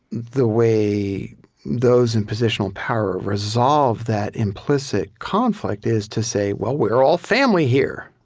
the way those in positional power resolve that implicit conflict is to say, well, we're all family here.